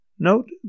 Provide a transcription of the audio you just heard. Note